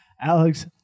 Alex